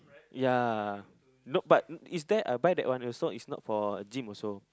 ya no but is there I buy that one is not for gym also